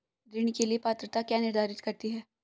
ऋण के लिए पात्रता क्या निर्धारित करती है?